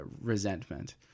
resentment